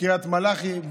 קריית מלאכי,